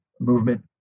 movement